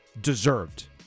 Deserved